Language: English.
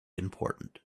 important